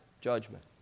judgment